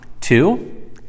Two